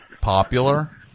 popular